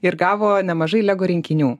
ir gavo nemažai lego rinkinių